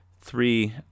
Three